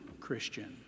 Christian